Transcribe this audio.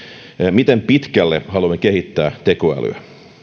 miten pitkälle haluamme kehittää tekoälyä